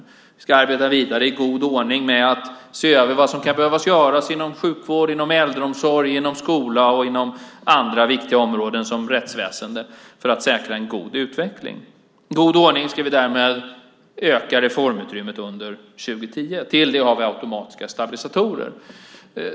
Vi ska arbeta vidare i god ordning med att se över vad som kan behöva göras inom sjukvård, inom äldreomsorg, inom skola och inom andra viktiga områden, som rättsväsendet, för att säkra en god utveckling. Med god ordning ska vi därmed öka reformutrymmet under 2010. Till det har vi automatiska stabilisatorer.